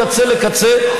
מקצה לקצה.